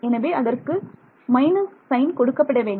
எனவே அதற்கு minus sign கொடுக்கப்பட வேண்டும்